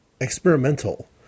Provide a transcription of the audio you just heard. experimental